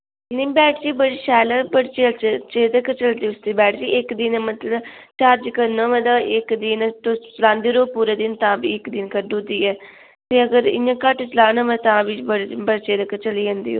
नेईं बैटरी बड़ी शैल ऐ बड़े चिर चिर तक्कर चलदी उसदी बैटरी इक दिन दा मतलब चार्ज करना होऐ ते इक दिन तुस चलांदे र'वो पूरा दिन तां बी इक दिन कड्ढी ओड़दी ऐ ते अगर इ'यां घट्ट चलाना होऐ तां बी बड़े दिन बड़े चिर तगर चली जंदी ऐ ओह्